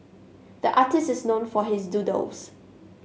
the artist is known for his doodles